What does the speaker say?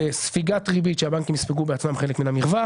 זה ספיגת ריבית שהבנקים יספגו בעצמם חלק מן המרווח.